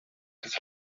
his